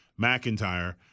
McIntyre